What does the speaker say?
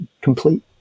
complete